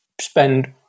spend